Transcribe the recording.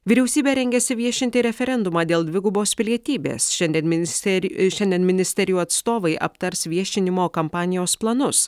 vyriausybė rengiasi viešinti referendumą dėl dvigubos pilietybės šiandien ministeri šiandien ministerijų atstovai aptars viešinimo kampanijos planus